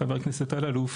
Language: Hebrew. חבר הכנסת אללוף